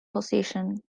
position